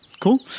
cool